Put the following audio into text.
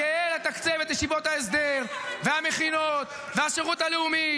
גאה לתקצב את ישיבות ההסדר והמכינות והשירות הלאומי